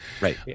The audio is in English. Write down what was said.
Right